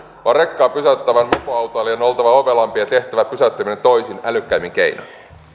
vaan rekkaa pysäyttävän mopoautoilijan on oltava ovelampi ja tehtävä pysäyttäminen toisin älykkäämmin keinoin